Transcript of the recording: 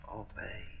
obey